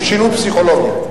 הם שינוי פסיכולוגי.